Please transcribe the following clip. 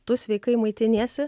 tu sveikai maitiniesi